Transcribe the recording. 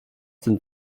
sind